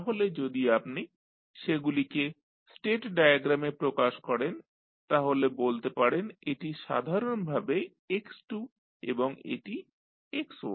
তাহলে যদি আপনি সেগুলিকে স্টেট ডায়াগ্রামে প্রকাশ করেন তাহলে বলতে পারেন এটি সাধারণভাবে x2 এবং এটি x1